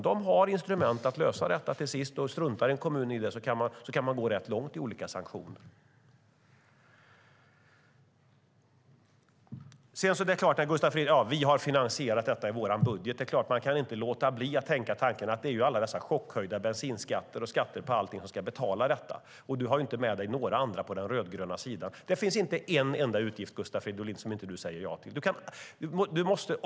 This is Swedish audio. De har instrument för att lösa detta till sist, och struntar en kommun i att göra det kan de gå rätt långt i olika sanktioner. Gustav Fridolin säger: Vi har finansierat detta i vår budget. Det är klart att man inte kan låta bli att tänka tanken att det är dessa chockhöjda bensinskatter och skatter på allting som ska betala detta. Och du har inte med dig några andra på den rödgröna sidan. Det finns inte en enda utgift, Gustav Fridolin, som du inte säger ja till.